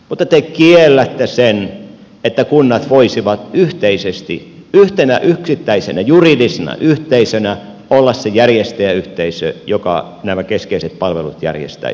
mutta te kiellätte sen että kunnat voisivat yhteisesti yhtenä yksittäisenä juridisena yhteisönä olla se järjestäjäyhteisö joka nämä keskeiset palvelut järjestäisi